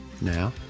now